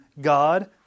God